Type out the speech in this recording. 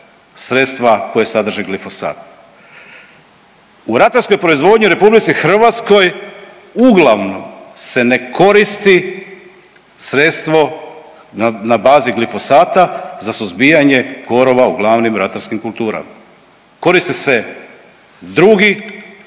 sredstva koje sadrži glifosat. U ratarskoj proizvodnji u RH uglavnom se ne koristi sredstvo na bazi glifosata za suzbijanje korova u glavnim ratarskim kulturama, koriste se drugi